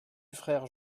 frère